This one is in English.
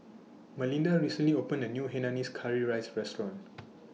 Melinda recently opened A New Hainanese Curry Rice Restaurant